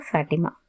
Fatima